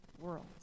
world